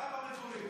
מה עם המגורים?